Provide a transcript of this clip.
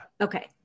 okay